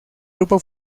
grupo